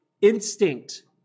instinct